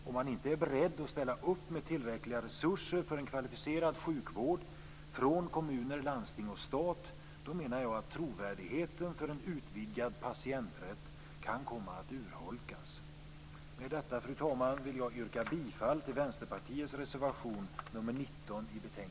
Om man inte är beredd att ställa upp med tillräckliga resurser för en kvalificerad sjukvård från kommuner, landsting och stat menar jag att trovärdigheten för en utvidgad patienträtt kan komma att urholkas. Med detta, fru talman, vill jag yrka bifall till